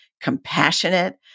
compassionate